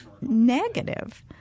negative